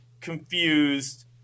confused